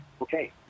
Okay